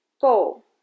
go